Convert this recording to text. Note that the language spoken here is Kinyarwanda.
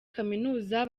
kaminuza